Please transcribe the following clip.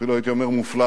אפילו הייתי אומר מופלאה,